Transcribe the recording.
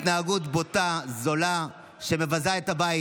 התנהגות בוטה, זולה, שמבזה את הבית.